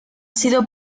sido